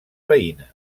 veïnes